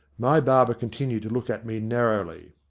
my barber continued to look at me narrowly.